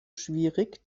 schwierig